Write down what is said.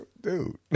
dude